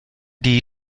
die